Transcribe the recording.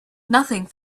nothing